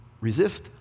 Resist